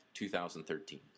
2013